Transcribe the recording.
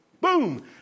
Boom